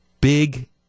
big